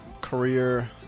career